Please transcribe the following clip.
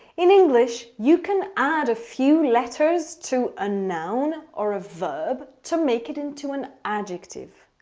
in english, you can add a few letters to a noun or a verb to make it into an adjective.